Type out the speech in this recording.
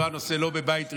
לא הנושא בבית ראשון,